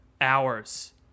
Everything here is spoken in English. Hours